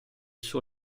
suo